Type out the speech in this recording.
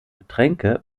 getränke